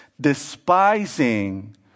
despising